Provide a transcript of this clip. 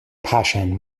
passion